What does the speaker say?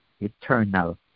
eternal